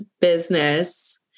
business